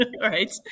Right